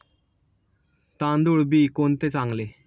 तांदूळ बी कोणते चांगले?